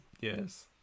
yes